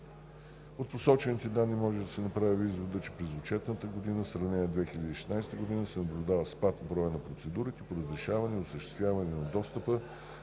От посочените данни може да се направи изводът, че през отчетната година в сравнение с 2016 г. се наблюдава спад в броя на процедурите по разрешаване и осъществяване на достъп